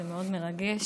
זה מאוד מרגש.